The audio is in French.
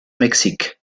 mexique